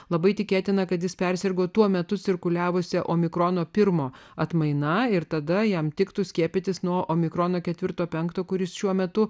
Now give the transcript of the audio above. labai tikėtina kad jis persirgo tuo metu cirkuliavusia omikrono pirmo atmainą ir tada jam tiktų skiepytis nuo mikrono ketvirto penkto kuris šiuo metu